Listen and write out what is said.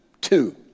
Two